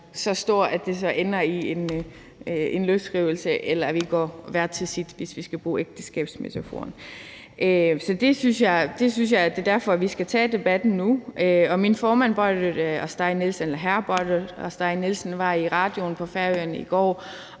så stor, at det så ender i en løsrivelse, eller at vi går hver til sit, hvis vi skal bruge ægteskabsmetaforen. Så det er derfor, jeg synes, vi skal tage debatten nu, og min formand, hr. Bárður á Steig Nielsen, var i går i radioen på Færøerne,